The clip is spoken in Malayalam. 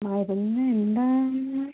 മരുന്ന് എന്താണെന്ന്